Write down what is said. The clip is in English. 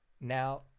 now